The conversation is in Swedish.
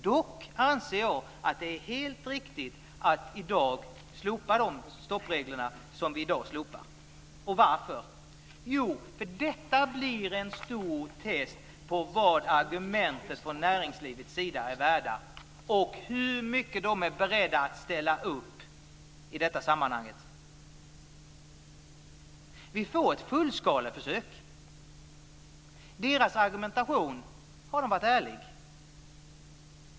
Dock anser jag att det är helt riktigt att i dag i enlighet med förslaget fatta beslut om att slopa stoppreglerna. Varför? Detta blir ett stort test på vad argumenten från näringslivets sida är värda och hur mycket de är beredda att ställa upp. Vi får ett fullskaleförsök. Näringslivets argumentation har varit ärlig.